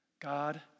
God